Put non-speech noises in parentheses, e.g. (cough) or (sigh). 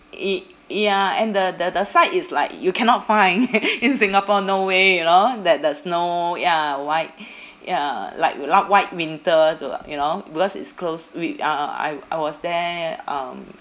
y~ ya and the the the sight is like you cannot find (laughs) in singapore no way you know that the snow ya white ya like white winter to like you know because is close we uh I w~ I was there um